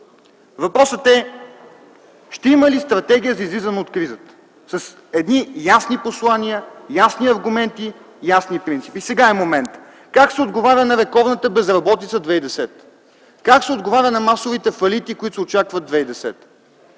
Въпросът е ще има ли стратегия за излизане от кризата с едни ясни послания, ясни аргументи, ясни принципи. Сега е моментът. Как се отговаря на рекордната безработица 2010 г.? Как ще се отговаря на масовите фалити, които се очакват през